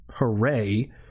hooray